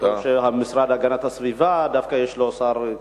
וטוב שבמשרד להגנת הסביבה דווקא יש שר כמוך.